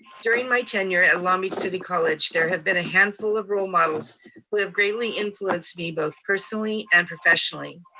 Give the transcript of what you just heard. during my tenure at long beach city college, there had been a handful of role models who have greatly influenced me both personally and professionally.